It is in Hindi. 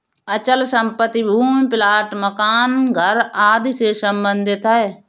अचल संपत्ति भूमि प्लाट मकान घर आदि से सम्बंधित है